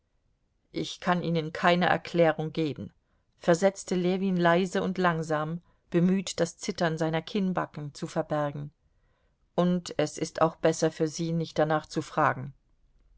ich kann ihnen keine erklärung geben versetzte ljewin leise und langsam bemüht das zittern seiner kinnbacken zu verbergen und es ist auch besser für sie nicht danach zu fragen